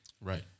Right